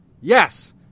Yes